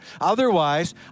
Otherwise